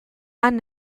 han